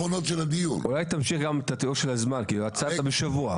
אולי תמשיך את התיאור של הזמן, כי עצרת בשבוע.